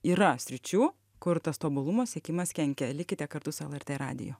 yra sričių kur tas tobulumo siekimas kenkia likite kartu lrt radiju